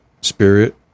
spirit